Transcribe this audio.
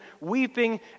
weeping